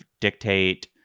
dictate